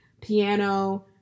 piano